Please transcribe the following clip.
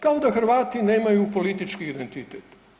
Kao da Hrvati nemaju politički identitet.